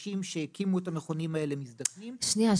האנשים שהקימו את המכונים האלה מזדקנים --- שנייה.